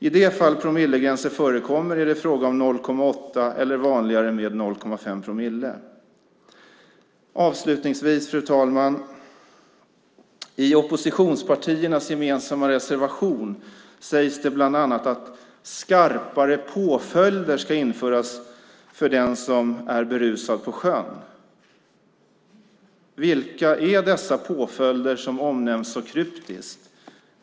I de fall promillegränser förekommer är det fråga om 0,8 eller vanligare 0,5 promille. I oppositionspartiernas gemensamma reservation sägs det bland annat att skarpare påföljder ska införas för den som är berusad på sjön. Vilka är dessa påföljder som omnämns så kryptiskt?